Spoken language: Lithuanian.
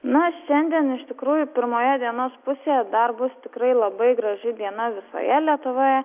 na šiandien iš tikrųjų pirmoje dienos pusėje dar bus tikrai labai graži diena visoje lietuvoje